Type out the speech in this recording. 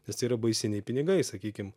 nes tai yra baisiniai pinigai sakykim